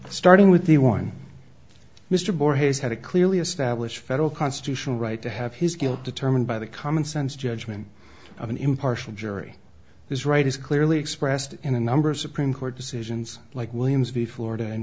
starting with the one mr bor has had a clearly established federal constitutional right to have his guilt determined by the commonsense judgment of an impartial jury is right is clearly expressed in a number of supreme court decisions like williams v florida